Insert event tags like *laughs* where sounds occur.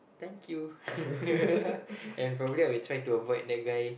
thank you *laughs* and probably I'll try to avoid that guy